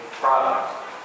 product